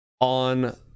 on